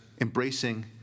embracing